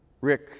Rick